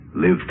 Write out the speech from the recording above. Live